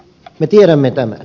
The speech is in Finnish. me tiedämme tämän